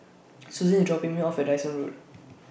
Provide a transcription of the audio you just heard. Susan IS dropping Me off At Dyson Road